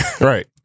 Right